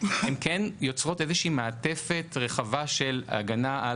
הן כן יוצרות איזושהי מעטפת רחבה של הגנה על